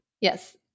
yes